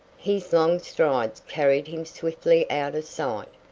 his long strides carried him swiftly out of sight,